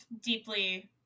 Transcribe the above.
Deeply